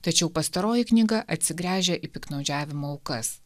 tačiau pastaroji knyga atsigręžia į piktnaudžiavimo aukas